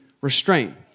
restraint